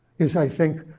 is, i think,